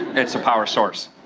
it's a power source.